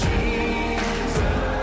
Jesus